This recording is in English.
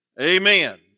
Amen